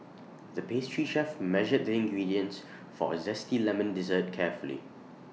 the pastry chef measured the ingredients for A Zesty Lemon Dessert carefully